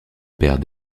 père